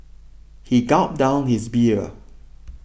he gulped down his beer